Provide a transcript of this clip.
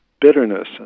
bitterness